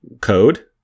Code